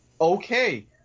Okay